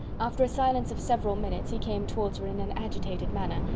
after a silence of several minutes, he came towards her in an agitated manner,